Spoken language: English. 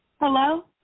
Hello